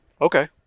Okay